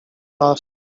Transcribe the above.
last